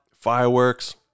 fireworks